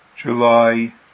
July